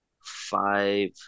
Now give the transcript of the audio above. five